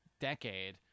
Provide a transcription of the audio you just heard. decade